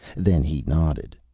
then he nodded.